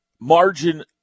margin